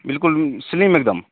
बिल्कुल स्लिम एकदम